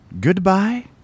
Goodbye